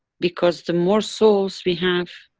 because the more souls we have,